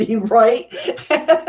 Right